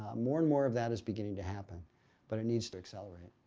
ah more and more of that is beginning to happen but it needs to accelerate.